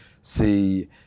see